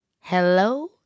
hello